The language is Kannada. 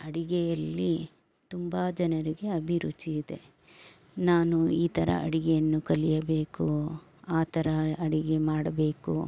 ಅಡಿಗೆಯಲ್ಲಿ ತುಂಬ ಜನರಿಗೆ ಅಭಿರುಚಿ ಇದೆ ನಾನು ಈ ಥರ ಅಡಿಗೆಯನ್ನು ಕಲಿಯಬೇಕು ಆ ತರ ಅಡಿಗೆ ಮಾಡಬೇಕು